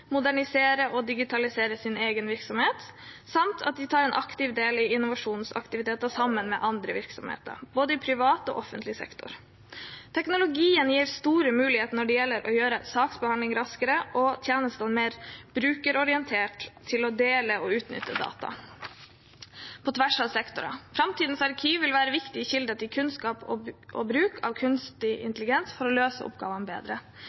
og digitaliserer sin egen virksomhet, samt at de tar en aktiv del i innovasjonsaktiviteter sammen med andre virksomheter, både i privat og i offentlig sektor. Teknologien gir store muligheter når det gjelder å gjøre saksbehandlingen raskere og tjenestene mer brukerorientert og å dele og utnytte data på tvers av sektorer. Framtidens arkiv vil være viktige kilder til kunnskap og bruk av kunstig intelligens for å løse oppgavene bedre.